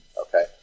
Okay